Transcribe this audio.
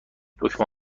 دکمه